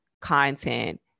content